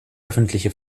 öffentliche